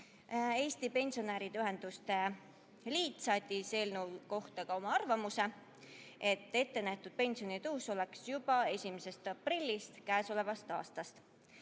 Eesti Pensionäride Ühenduste Liit saatis eelnõu kohta oma arvamuse, et ettenähtud pensionitõus oleks juba 1. aprillist käesolevast aastast. Komisjon